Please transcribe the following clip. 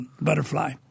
Butterfly